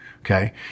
Okay